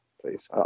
please